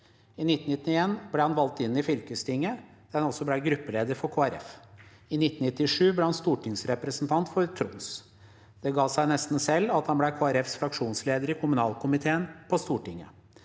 I 1991 ble han valgt inn i fylkestinget, der han også ble gruppeleder for Kristelig Folkeparti. I 1997 ble han stortingsrepresentant for Troms. Det ga seg nesten selv at han ble Kristelig Folkepartis fraksjonsleder i kommunalkomiteen på Stortinget.